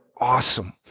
awesome